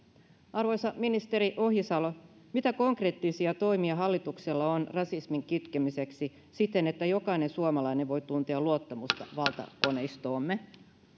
arvoisa ministeri ohisalo mitä konkreettisia toimia hallituksella on rasismin kitkemiseksi siten että jokainen suomalainen voi tuntea luottamusta valtakoneistoomme